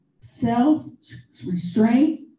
self-restraint